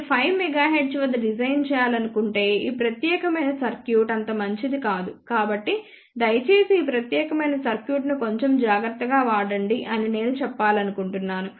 మీరు 5 MHz వద్ద design చేయాలనుకుంటే ఈ ప్రత్యేకమైన సర్క్యూట్ అంత మంచిది కాదు కాబట్టి దయచేసి ఈ ప్రత్యేకమైన సర్క్యూట్ను కొంచెం జాగ్రత్తగా వాడండి అని నేను చెప్పాలనుకుంటున్నాను